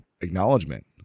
acknowledgement